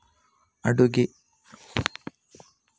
ಅಡಿಕೆಗೆ ಬರುವ ರೋಗದ ಲಕ್ಷಣ ಯಾವುದು?